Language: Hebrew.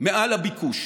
מעל לביקוש.